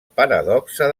paradoxa